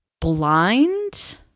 blind